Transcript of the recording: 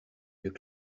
yeux